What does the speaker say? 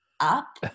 up